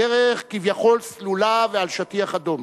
בדרך כביכול סלולה, ועל שטיח אדום.